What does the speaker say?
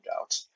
out